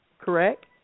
correct